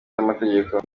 z’amategeko